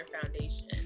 foundation